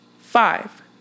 Five